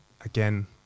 again